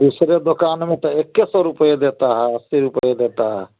दूसरे दुकान में तो इक्कीस सौ रुपये देता है अस्सी रुपये ही देता है